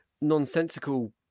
nonsensical